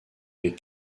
les